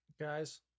Guys